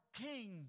king